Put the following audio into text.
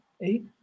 eight